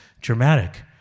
dramatic